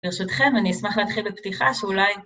ברשותכם, אני אשמח להתחיל בפתיחה שאולי...